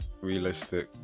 realistic